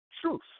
truth